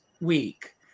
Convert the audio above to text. week